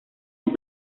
sus